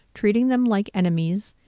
treating them like enemies,